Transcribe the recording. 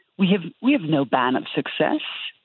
we have we have no ban on success.